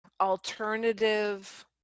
alternative